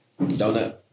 Donut